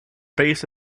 based